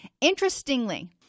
Interestingly